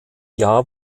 jahr